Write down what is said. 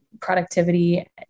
productivity